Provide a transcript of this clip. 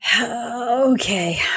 okay